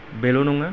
बेल' नङा